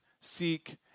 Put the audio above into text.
seek